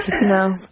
no